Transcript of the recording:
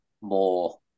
more